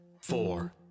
four